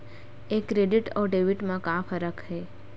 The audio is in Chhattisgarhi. ये क्रेडिट आऊ डेबिट मा का फरक है?